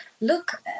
Look